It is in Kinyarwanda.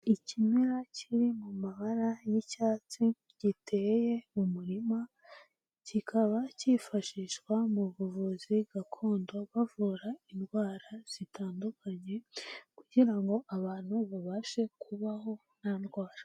Ikimera kiri mu mabara y'icyatsi giteye mu murima, kikaba cyifashishwa mu buvuzi gakondo bavura indwara zitandukanye kugira ngo abantu babashe kubaho nta ndwara.